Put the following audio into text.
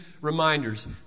reminders